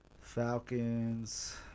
Falcons